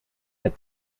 der